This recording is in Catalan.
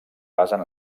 basen